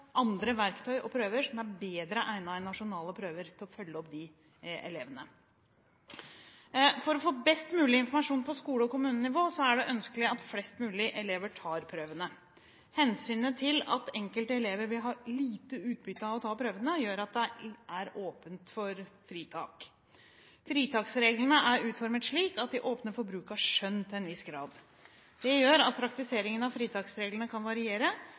andre verktøy og prøver som er bedre egnet enn nasjonale prøver til å følge dem opp. For å få best mulig informasjon på skole- og kommunenivå er det ønskelig at flest mulig elever tar prøvene. Hensynet til at enkelte elever vil ha lite utbytte av å ta prøvene, gjør at det likevel er åpnet for fritak. Fritaksreglene er utformet slik at de åpner for bruk av skjønn til en viss grad. Det gjør at praktiseringen av fritaksreglene kan variere,